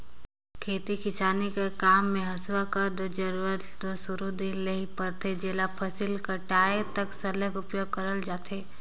खेती किसानी कर काम मे हेसुवा कर जरूरत दो सुरू दिन ले ही परथे जेला फसिल कटाए तक सरलग उपियोग करल जाथे